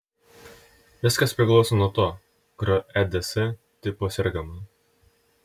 viskas priklauso nuo to kuriuo eds tipu sergama